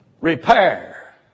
repair